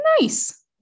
nice